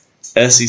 SEC